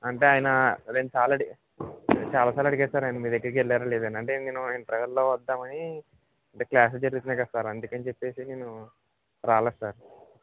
అంటే ఆయన రెండు సార్లు అది చాలా సార్లు అడిగారు సార్ నేను మీ దగ్గరకి వేళ్ళానో లేదో అని అంటే నేను లంచ్ అవర్లో వద్దామని అంటే క్లాసులు జరుగుతున్నాయి కదా సార్ అందుకని చెప్పి నేను రాలేకపోయాను